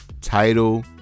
title